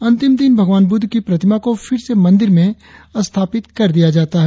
अंतिम दिन भगवान बुद्ध की प्रतिमा को फिर से मंदिर में स्थापित कर दिया जाता है